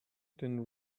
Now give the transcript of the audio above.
than